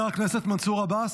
מנסור עבאס,